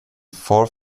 far